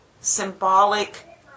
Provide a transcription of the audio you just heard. symbolic